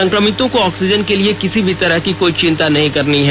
संक्रमितों को ऑक्सीजन के लिए किसी तरह की कोई चिंता नहीं करनी है